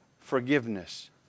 forgiveness